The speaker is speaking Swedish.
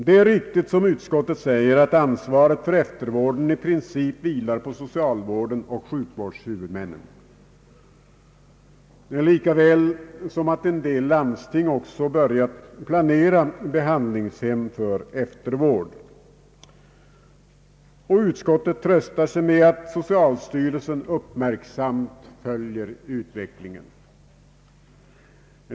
Det är riktigt som utskottet säger att ansvaret för eftervården i princip vilar på socialvården och sjukvårdshuvudmännen, liksom att en del landsting börjat planera behandlingshem för eftervård. Utskottet tröstar sig med att socialstyrelsen uppmärksamt följer utvecklingen.